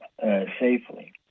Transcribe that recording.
safely